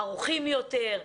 ערוכים יותר,